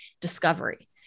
discovery